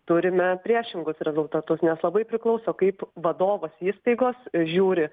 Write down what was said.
turime priešingus rezultatus nes labai priklauso kaip vadovas įstaigos žiūri